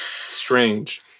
Strange